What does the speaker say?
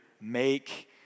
make